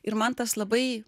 ir man tas labai